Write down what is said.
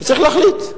וצריך להחליט.